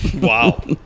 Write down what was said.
Wow